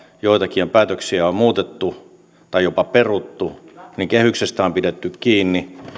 joitakin päätöksiä on muutettu tai jopa peruttu niin kehyksestä on pidetty kiinni